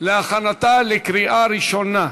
להכנתה לקריאה ראשונה.